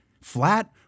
flat